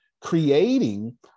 creating